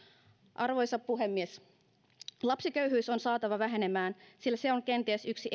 arvoisa puhemies lapsiköyhyys on saatava vähenemään sillä se on kenties yksi